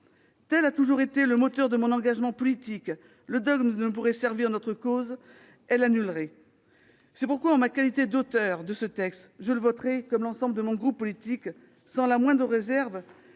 Tel a toujours été le moteur de mon engagement politique. En l'occurrence, le dogme ne pourrait servir notre cause, mais l'annulerait. C'est pourquoi, en ma qualité d'auteur de ce texte, je le voterai, comme l'ensemble de mon groupe politique, sans la moindre réserve.